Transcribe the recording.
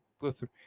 listen